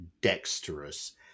dexterous